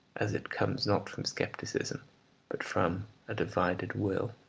as it comes not from scepticism but from a divided will.